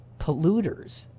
polluters